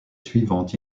suivantes